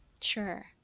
Sure